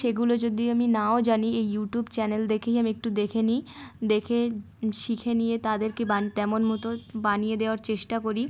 সেগুলো যদি আমি নাও জানি এই ইউটিউব চ্যানেল দেখেই আমি একটু দেখে নিই দেখে শিখে নিয়ে তাদেরকে বান তেমন মতো বানিয়ে দেওয়ার চেষ্টা করি